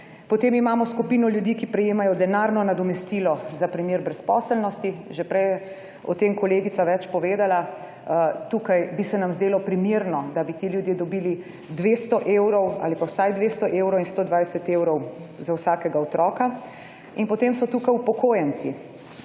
Potem imamo skupino ljudi, ki prejemajo denarno nadomestilo za primer brezposelnosti. Že prej je o tem kolegica več povedala. Tukaj bi se nam zdelo primerno, da bi ti ljudje dobili 200 evrov ali pa vsaj 200 evrov in 120 evrov za vsakega otroka. In potem so tukaj upokojenci.